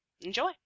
Enjoy